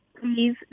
Please